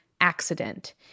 accident